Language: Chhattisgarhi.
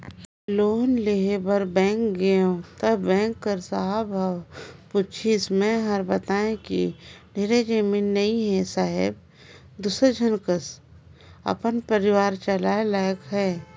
लोन लेय बर बेंक गेंव त बेंक कर साहब ह पूछिस मै हर बतायें कि ढेरे जमीन नइ हे साहेब दूसर झन कस अपन परिवार चलाय लाइक हे